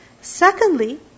Secondly